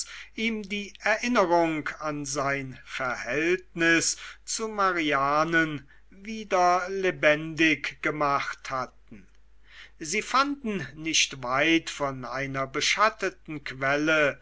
ihm die erinnerung an sein verhältnis zu marianen wieder lebendig gemacht hatten sie fanden nicht weit von einer beschatteten quelle